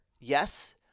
yes